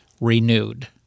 renewed